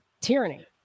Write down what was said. Tyranny